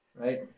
Right